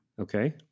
Okay